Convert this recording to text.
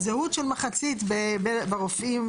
זהות של מחצית ברופאים,